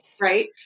Right